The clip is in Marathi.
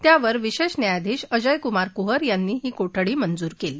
त्यावर विशेष न्यायाधीश अजयकुमार कुहर यांनी हा कोठडी मंजूर केली